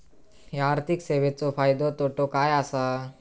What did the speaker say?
हया आर्थिक सेवेंचो फायदो तोटो काय आसा?